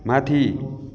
माथि